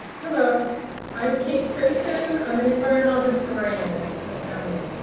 hello i am kate christian um and environmental historian at smithsonian.